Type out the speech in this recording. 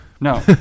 No